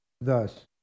thus